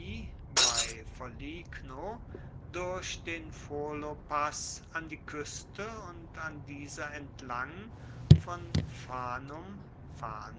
bei foligno durch den furlopass an die kueste und an dieser entlang von